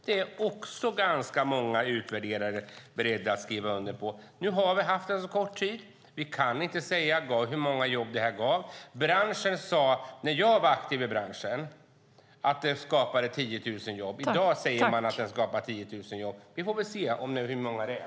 Det är många av dem som har gjort utvärderingar av detta som är beredda att skriva under på det. Nu har vi haft den under så kort tid, och vi kan inte säga hur många jobb den gav. Branschen sade när jag var aktiv i den att den skapade 10 000 jobb. I dag säger man att den skapar 10 000 jobb. Vi får se hur många det är.